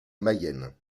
mayenne